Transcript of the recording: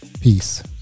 peace